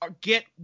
get